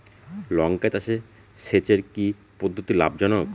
লঙ্কা চাষে সেচের কি পদ্ধতি লাভ জনক?